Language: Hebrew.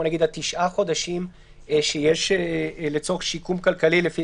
כמו תשעה חודשים שיש לצורך שיקום כלכלי לפי